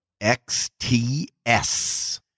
XTS